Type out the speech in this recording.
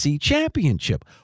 championship